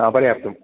आ पर्याप्तम्